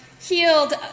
healed